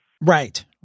Right